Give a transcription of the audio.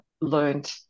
learned